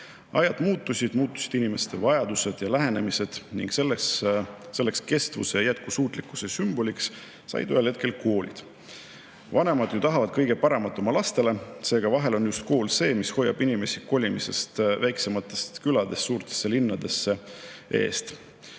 Ajad muutusid, muutusid inimeste vajadused ja lähenemised, ning kestvuse ja jätkusuutlikkuse sümboliks said ühel hetkel koolid. Vanemad ju tahavad kõige paremat oma lastele, seega vahel on just kool see, mis hoiab inimesi kolimast väiksematest küladest suurtesse linnadesse, kus